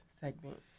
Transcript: segment